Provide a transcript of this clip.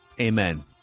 Amen